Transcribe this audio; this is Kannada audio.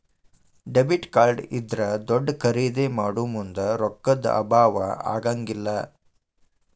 ಡೆಬಿಟ್ ಕಾರ್ಡ್ ಇದ್ರಾ ದೊಡ್ದ ಖರಿದೇ ಮಾಡೊಮುಂದ್ ರೊಕ್ಕಾ ದ್ ಅಭಾವಾ ಆಗಂಗಿಲ್ಲ್